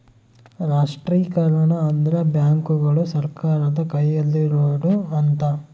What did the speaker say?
ರಾಷ್ಟ್ರೀಕರಣ ಅಂದ್ರೆ ಬ್ಯಾಂಕುಗಳು ಸರ್ಕಾರದ ಕೈಯಲ್ಲಿರೋಡು ಅಂತ